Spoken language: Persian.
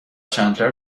چندلر